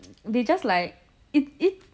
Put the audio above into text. they just like it it